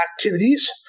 activities